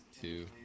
two